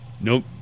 Nope